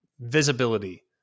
visibility